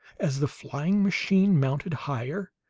as the flying-machine mounted higher,